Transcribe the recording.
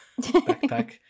backpack